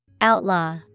Outlaw